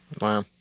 Wow